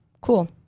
Cool